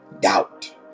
Doubt